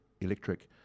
electric